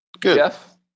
Jeff